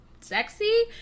sexy